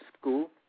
school